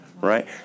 right